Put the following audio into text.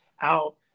out